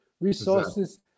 resources